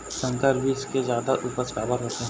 संकर बीज के जादा उपज काबर होथे?